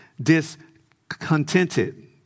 discontented